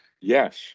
Yes